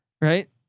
right